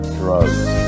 drugs